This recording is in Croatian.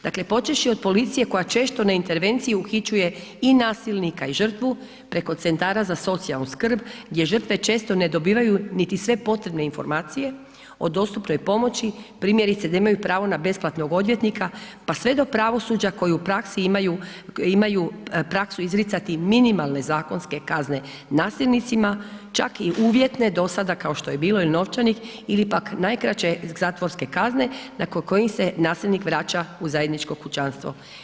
Dakle počevši od policije koja često na intervenciji uhićuje i nasilnika i žrtvu preko CZSS-a gdje žrtve često ne dobivaju niti sve potrebne informacije o dostupnoj pomoći, primjerice da imaju pravo na besplatnog odvjetnika pa sve do pravosuđa koji u praksi imaju praksi izricati minimalne zakonske kazne nasilnicima, čak i uvjetne do sada kao što je bilo i novčanih ili pak najkraće zatvorske kazne nakon kojih se nasilnik vraća u zajedničko kućanstvo.